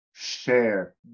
share